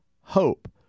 hope